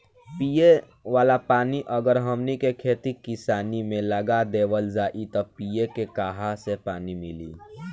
पिए वाला पानी अगर हमनी के खेती किसानी मे लगा देवल जाई त पिए के काहा से पानी मीली